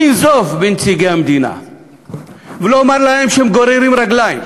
לנזוף בנציגי המדינה ולומר להם שהם גוררים רגליים,